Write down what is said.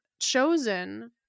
chosen